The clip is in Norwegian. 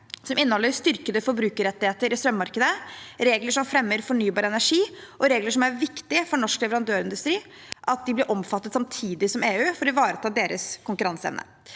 som inneholder styrkede forbrukerrettigheter i strømmarkedet, regler som fremmer fornybar energi, og regler som det er viktig for norsk leverandørindustri å bli omfattet av samtidig med EU, for å ivareta deres konkurranseevne.